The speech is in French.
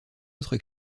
autre